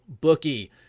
bookie